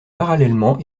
parallèlement